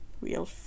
real